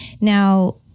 Now